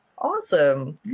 Awesome